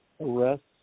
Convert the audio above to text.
arrests